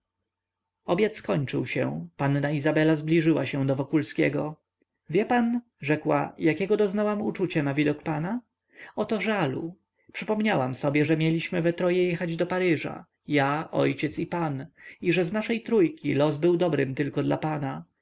obiad skończył się panna izabela zbliżyła się do wokulskiego wie pan rzekła jakiego doznałam uczucia na widok pana oto żalu przypomniałam sobie że mieliśmy we troje jechać do paryża ja ojciec i pan i że z naszej trójki los był dobrym tylko dla pana